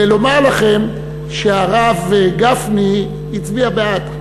ולומר לכם שהרב גפני הצביע בעד.